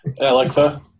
Alexa